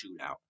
shootout